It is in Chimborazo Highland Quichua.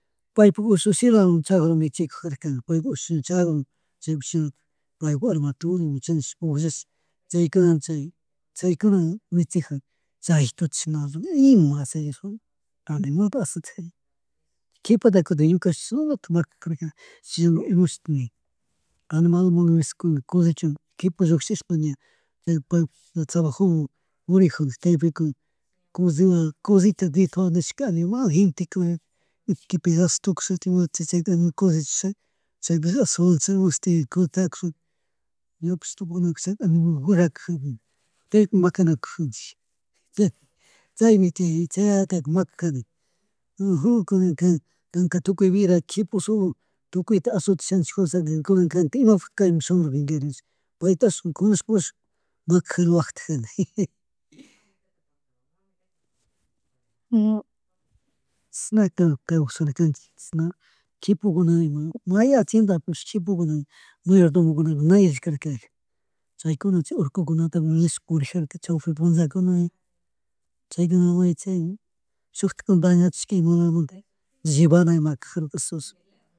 Paypuk ushushiklawan chagru michikujarka, paypuk ushushiwan chagru chaypi shinalatig. Paypak alam turi pullashka chaykunawan chay kunawan, chaykuawan michijar chayka kuti shina ima animalta azutija, kipataka kutin ñukashani chinalatik makakarka, chishna mashtimi, animal mana escuela, colllecha kipa lluckllishpa ña chay paypish trabajumun purijuna kaypi nishka animal gentekuna ishki pedazos tukushatikma chaytika animal collechashaka chaypi atzuwan chishmuntik kutin ñapish aninal guracarjaka chaypi makanajukanchik, chaypi, chaymi tiyan, chay yayataka makajani ujun kunan kanak tukuy vida quipusolowan tukuyta asutishanishka jodishkangui kunaka kanka imapukti kaymunshamungui nish paytashi kunan pushash makajani, waktajani. China kaw- kawsanikanchij chishna kipaguna ima may achendapish chi tiempokuna mayordomokunaka na allikuna karka chaykuna chay urkukunata nish purijakka chawpi punllakunaka chaykunamun chay yachan shutikkuna dañachika imalamunta llivana imakajarka jesus